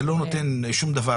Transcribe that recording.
זה לא נותן שום דבר,